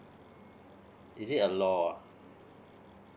is it a law oh